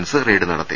ലൻസ് raid നടത്തി